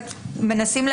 איזה הסכמות?